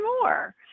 more